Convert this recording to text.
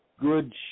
good